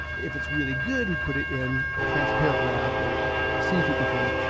if it's really good, we put it in transparent wrap or a see-through container.